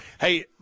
Hey